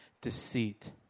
deceit